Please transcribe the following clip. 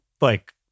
like-